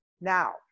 Now